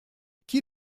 qui